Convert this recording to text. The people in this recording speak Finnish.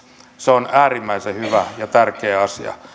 se on äärimmäisen hyvä ja tärkeä asia